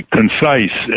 concise